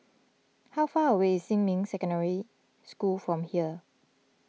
how far away is Xinmin Secondary School from here